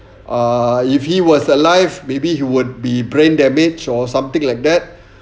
uh if he was alive maybe he would be brain damaged or something like that